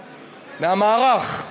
מהמערך,